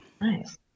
nice